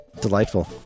delightful